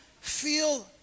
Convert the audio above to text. feel